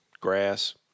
grass